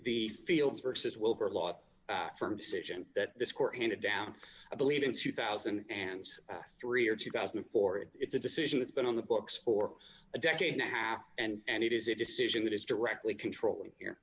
the fields versus wilbur law firm decision that this court handed down i believe in two thousand and three or two thousand and four it's a decision that's been on the books for a decade now have and it is a decision that is directly controlled here